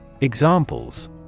Examples